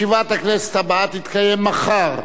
ישיבת הכנסת הבאה תתקיים מחר,